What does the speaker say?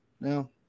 now